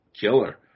killer